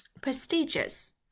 prestigious